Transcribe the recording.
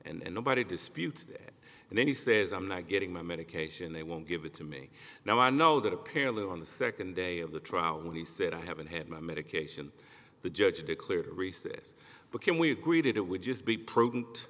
mildew and nobody disputes that and then he says i'm not getting my medication they won't give it to me now i know that apparently on the second day of the trial when he said i haven't had my medication the judge declared a recess but can we agreed it would just be prudent